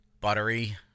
buttery